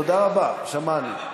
תודה רבה, שמענו.